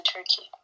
Turkey